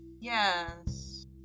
Yes